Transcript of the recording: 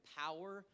power